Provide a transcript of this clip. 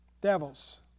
devils